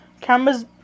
Cameras